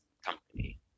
company